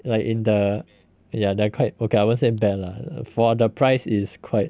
like in the ya they are quite okay I won't say bad lah for the price is quite